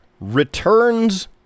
returns